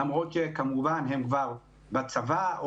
למרות שכמובן הם בצבא,